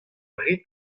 rit